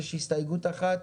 יש הסתייגות אחת